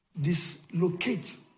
dislocate